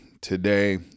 today